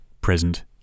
present